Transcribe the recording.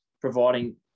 providing